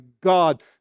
God